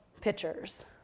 pictures